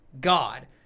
God